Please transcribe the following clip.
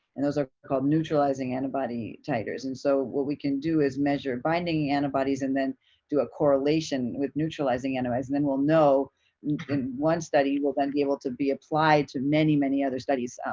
and those are called neutralizing antibody titers, and so what we can do is measure binding antibodies and then do a correlation with neutralizing antibodies, and then we'll know, and one study will then be able to be applied to many many other studies.